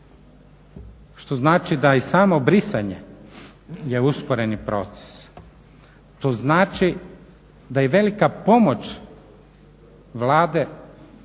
što znači da i samo brisanje je usporeni proces, što znači da i velika pomoć Vlade jel